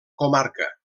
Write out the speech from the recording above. comarca